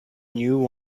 new